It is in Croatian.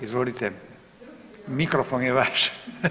Izvolite, mikrofon je vaš.